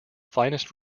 finest